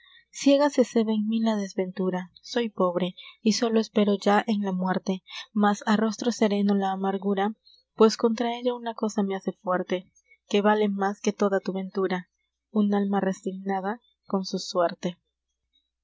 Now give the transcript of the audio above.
ciega se ceba en mí la desventura soy pobre y sólo espero ya en la muerte mas arrostro sereno la amargura pues contra ella una cosa me hace fuerte que vale más que toda tu ventura un alma resignada con su suerte al